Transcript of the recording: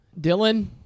Dylan